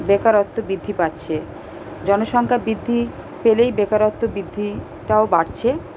বেকারত্ব বৃদ্ধি পাচ্ছে জনসংখ্যা বৃদ্ধি পেলেই বেকারত্ব বৃদ্ধিটাও বাড়ছে